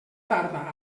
tarda